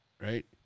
right